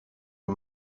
een